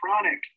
chronic